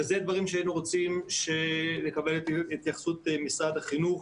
אלה דברים שהיינו רוצים לקבל עליהם את התייחסות משרד החינוך,